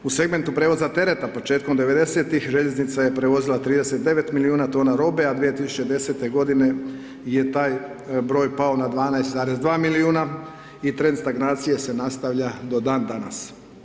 U segmentu prijevoza tereta početkom '90.-tih željeznica je prevozila 39 milijuna tona robe a 2010. godine je taj broj pao na 12,2 milijuna i trend stagnacije se nastavlja do dan danas.